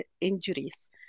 injuries